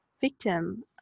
victim